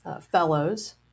fellows